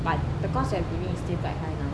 but the cost of living is quite high now